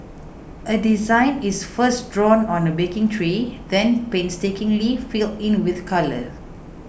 a design is first drawn on a baking tray then painstakingly filled in with colour